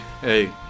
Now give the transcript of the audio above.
hey